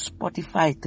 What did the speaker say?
Spotify